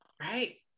right